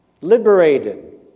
liberated